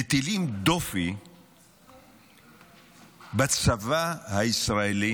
מטילים דופי בצבא הישראלי